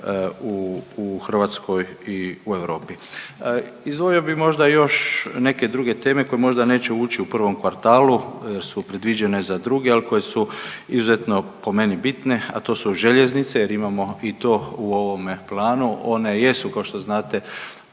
u Hrvatskoj i u Europi. Izdvojio bih možda još neke druge teme koje možda neće ući u prvom kvartalu jer su predviđene za druge al koje su izuzetno po meni bitne, a to su željeznice jer imamo i to u ovome planu. One jesu kao što znate